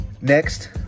Next